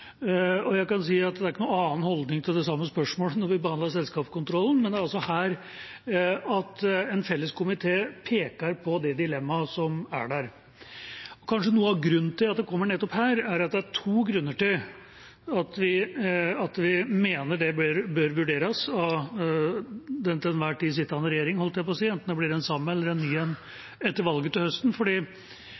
Jeg kan si at det er ikke noen annen holdning til det samme spørsmålet som når vi behandler selskapskontrollen, men det er her en samlet komité peker på det dilemmaet som er der. Kanskje noe av grunnen til at det kommer nettopp her, er at det er to grunner til at vi mener det bør vurderes av den til enhver tid sittende regjering, holdt jeg på å si, enten det blir den samme eller en ny etter valget til høsten,